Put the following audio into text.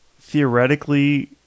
theoretically